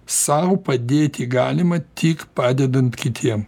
sau padėti galima tik padedant kitiem